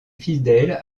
fidèle